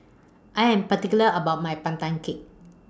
I Am particular about My Pandan Cake